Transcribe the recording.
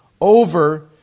over